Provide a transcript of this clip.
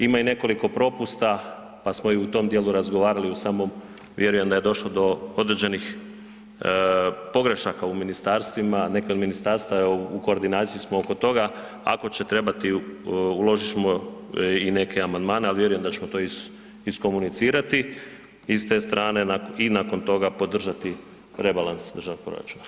Ima i nekoliko propusta, pa smo o tom dijelu razgovarali u samom, vjerujem da je došlo do određenih pogrešaka u ministarstvima, neke od ministarstava u koordinaciji smo oko toga ako će trebati uložit ćemo i neke amandmane, ali vjerujem da ćemo to iskomunicirati i s te strane i nakon toga podržati rebalans državnog proračuna.